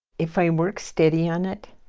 if i work steady on it,